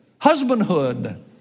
husbandhood